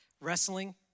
wrestling